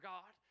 God